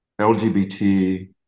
LGBT